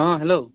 অঁ হেল্ল'